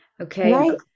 Okay